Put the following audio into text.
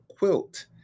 quilt